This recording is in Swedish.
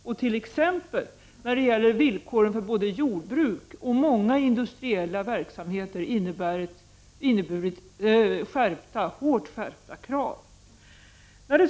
Beträffande villkoren för t.ex. jordbruket och många industriella verksamheter har det inneburit hårt skärpta krav.